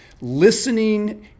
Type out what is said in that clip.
listening